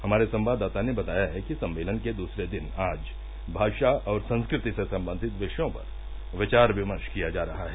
हमारे संवाददाता ने बताया है कि सम्मेलन के दूसरे दिन आज भाषा और संस्कृति से संबंधित विषयों पर विचार विमर्श किया जा रहा है